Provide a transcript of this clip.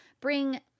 bring